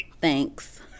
Thanks